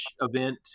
event